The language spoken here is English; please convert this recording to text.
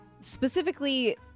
specifically